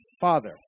Father